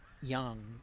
young